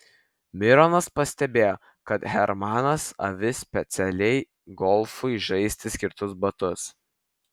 mironas pastebėjo kad hermanas avi specialiai golfui žaisti skirtus batus